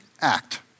act